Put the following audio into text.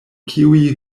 kiuj